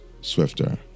swifter